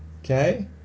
Okay